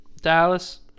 Dallas